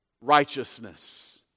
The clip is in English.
righteousness